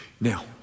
Now